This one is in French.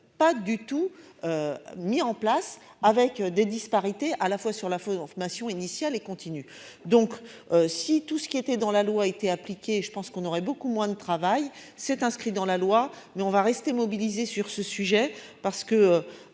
Pas du tout. Mis en place avec des disparités à la fois sur la photo en formation initiale et continue, donc si tout ce qui était dans la loi été appliquée. Je pense qu'on aurait beaucoup moins de travail s'est inscrit dans la loi mais on va rester mobilisés sur ce sujet parce que.